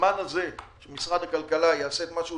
בזמן הזה משרד הכלכלה יעשה את מה שהוא